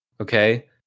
Okay